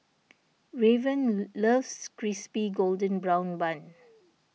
Raven loves Crispy Golden Brown Bun